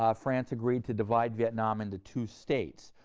ah france agreed to divide vietnam into two states.